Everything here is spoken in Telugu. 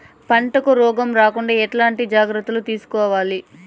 పంటకు రోగం రాకుండా ఎట్లా జాగ్రత్తలు తీసుకోవాలి?